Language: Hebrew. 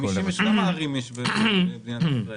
כמה ערים יש במדינת ישראל?